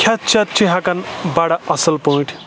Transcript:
کھؠتھ چؠتھ چھِ ہؠکَان بَڑٕ اَصٕل پٲٹھۍ